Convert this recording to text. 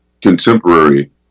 contemporary